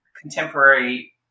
contemporary